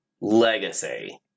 Legacy